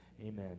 amen